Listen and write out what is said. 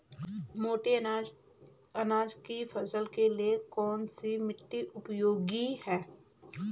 मोटे अनाज की फसल के लिए कौन सी मिट्टी उपयोगी है?